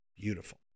beautiful